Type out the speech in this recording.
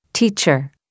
teacher